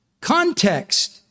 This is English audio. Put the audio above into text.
Context